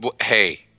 Hey